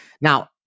Now